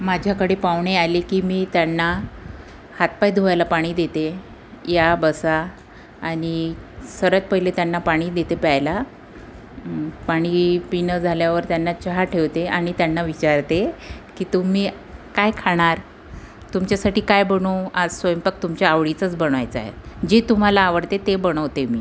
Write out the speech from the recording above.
माझ्याकडे पाहुणे आले की मी त्यांना हात पाय धुवायला पाणी देते या बसा आणि सर्वात पहिले त्यांना पाणी देते प्यायला पाणी पिणं झाल्यावर त्यांना चहा ठेवते आणि त्यांना विचारते की तुम्ही काय खाणार तुमच्यासाठी काय बनवू आज स्वयंपाक तुमच्या आवडीचाच बनवायचाय जे तुम्हाला आवडते ते बनवते मी